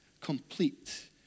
complete